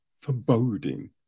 foreboding